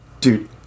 Dude